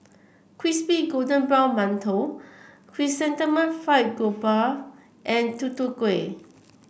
Crispy Golden Brown Mantou Chrysanthemum Fried Garoupa and Tutu Kueh